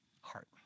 heart